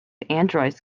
androids